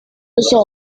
besar